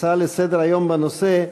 הצעה לסדר-היום בנושא: